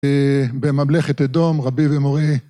בממלכת אדום, רבי ומורי.